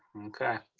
okay.